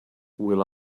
will